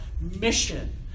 mission